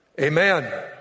amen